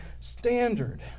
standard